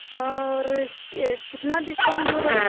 हाँ वह रे कि कितना डिस्काउंट होगा